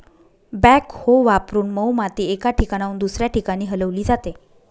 backhoe वापरून मऊ माती एका ठिकाणाहून दुसऱ्या ठिकाणी हलवली जाते